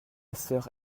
sœur